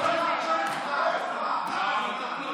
התשפ"ב